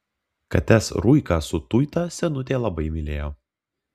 kates ruiką su tuita senutė labai mylėjo